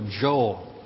Joel